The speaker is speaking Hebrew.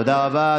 תודה רבה.